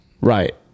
right